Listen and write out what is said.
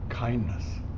kindness